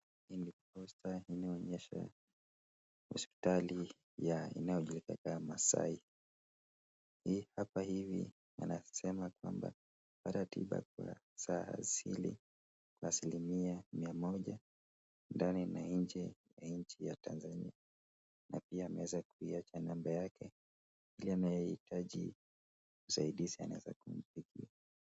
Hii ni posta inaonyesha hospitali ya inayojulikana kama Masai. Hapa hivi wanasema kwamba wana tiba kwa saa asili kwa asilimia mia moja ndani na nje ya nchi ya Tanzania. Na pia wameweza kuiacha namba yake ili ambaye anahitaji usaidizi anaweza kumpigia.